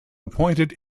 appointed